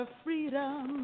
freedom